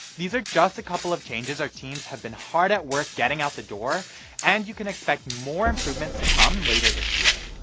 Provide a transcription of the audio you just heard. these are just a couple of changes our teams have been hard at work getting out the door and you can expect more improvments to come later this year.